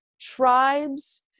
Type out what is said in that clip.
tribes